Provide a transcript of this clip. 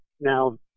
Now